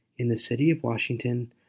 in the city of washington,